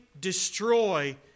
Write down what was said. destroy